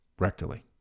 Rectally